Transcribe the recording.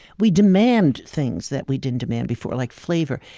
we demand things that we didn't demand before, like flavor.